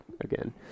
again